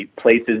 places